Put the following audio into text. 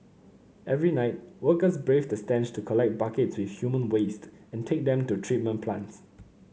every night workers braved the stench to collect the buckets filled with human waste and take them to treatment plants